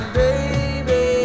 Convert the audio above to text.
baby